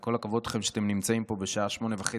כל הכבוד לכם שאתם נמצאים פה בשעה 20:30,